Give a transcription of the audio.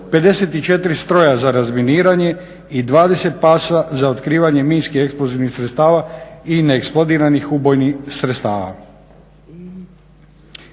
54 stroja za razminiranje i 20 pasa za otkrivanje minski eksplozivnih sredstava i neeksplodiranih ubojnih sredstava.